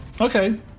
Okay